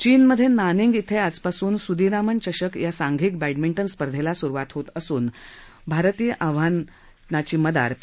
चीनमधे नानींग इथं आजपासून सुदीरामन चषक या सांधिक बॅडमिंटन स्पर्धेला सुरुवात होत असून भारतीय आव्हानाची मदार पी